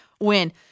win